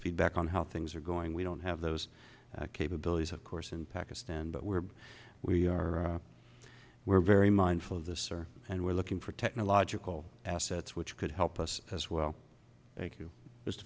feedback on how things are going we don't have those capabilities of course in pakistan but we're we are we're very mindful of the search and we're looking for technological assets which could help us as well thank you